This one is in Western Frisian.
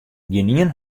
gjinien